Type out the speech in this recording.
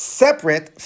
separate